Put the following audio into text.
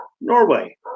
Norway